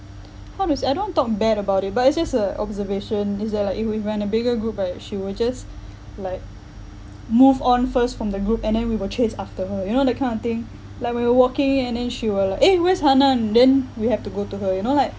how to say I don't want to talk bad about it but it's just a observation is that like if we were in a bigger group right she will just like move on first from the group and then we will chase after her you know that kind of thing like we were walking and then she will like eh where's hannan then we have to go to her you know like